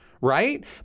right